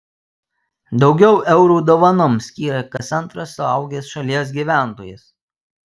daugiau eurų dovanoms skyrė kas antras suaugęs šalies gyventojas